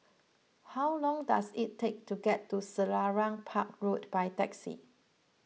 how long does it take to get to Selarang Park Road by taxi